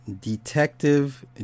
Detective